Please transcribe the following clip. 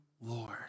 Lord